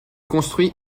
construit